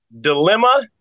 dilemma